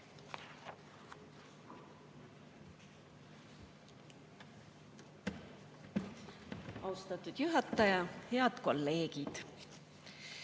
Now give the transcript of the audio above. Austatud juhataja! Head kolleegid!